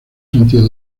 sentidos